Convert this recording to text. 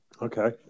Okay